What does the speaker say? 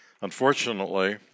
Unfortunately